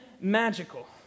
magical